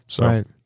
Right